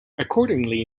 accordingly